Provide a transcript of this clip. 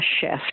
shift